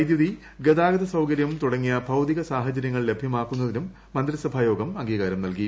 വൈദ്യുതി ഗതാഗത സൌകര്യം തുടങ്ങിയ ഭൌതിക സാഹചര്യങ്ങൾ ലഭ്യമാക്കുന്നതിനും മന്ത്രിസഭായോഗം അംഗീകാരം നൽകി